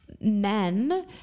men